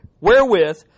Wherewith